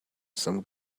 some